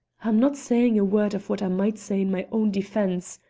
i'm not saying a word of what i might say in my own defence,